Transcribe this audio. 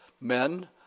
men